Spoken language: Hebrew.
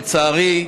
לצערי,